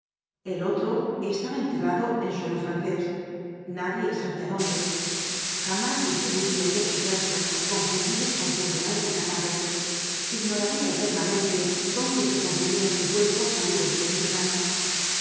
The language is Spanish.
el otro estaba enterrado en suelo francés nadie sabía dónde jamás descubriría ella sus restos confundidos con centenares de cadáveres ignoraría eternamente dónde se consumía este cuerpo salido de sus entrañas